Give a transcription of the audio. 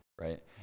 right